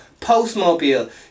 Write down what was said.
postmobile